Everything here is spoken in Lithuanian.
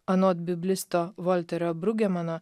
anot biblisto volterio brugemano